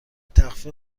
تخفیف